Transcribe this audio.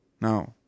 Now